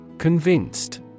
Convinced